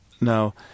Now